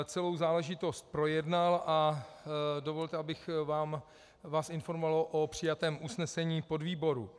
Celou záležitost projednal a dovolte, abych vás informoval o přijatém usnesení podvýboru.